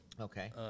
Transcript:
okay